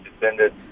defended